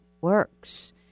works